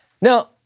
Now